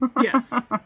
Yes